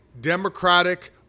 democratic